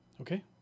Okay